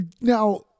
Now